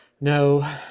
No